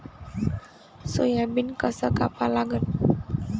Soybean कस कापा लागन?